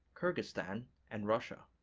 kyrgyzstan and russia.